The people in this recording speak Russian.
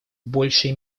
большей